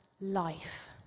life